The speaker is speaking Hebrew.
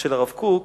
הרב קוק,